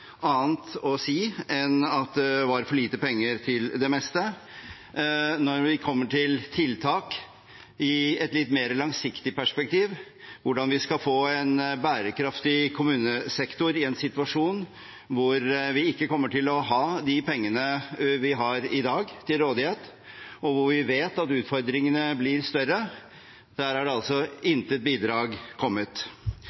annet å si enn at det var for lite penger til det meste. Når det gjelder tiltak i et mer langsiktig perspektiv – hvordan vi skal få en bærekraftig kommunesektor i en situasjon hvor vi ikke kommer til å ha de pengene vi har i dag, til rådighet, og hvor vi vet at utfordringene blir større – er intet bidrag kommet. I replikkordskiftet var det